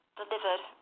delivered